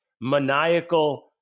maniacal